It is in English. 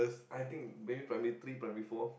I think maybe primary three primary four